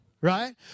right